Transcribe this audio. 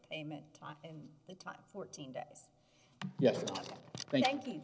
payment and the time fourteen days yes thank you